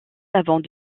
avant